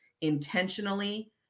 intentionally